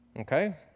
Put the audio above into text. Okay